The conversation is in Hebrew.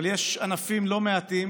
אבל יש ענפים לא מעטים